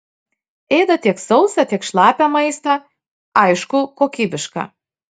ėda tiek sausą tiek šlapią maistą aišku kokybišką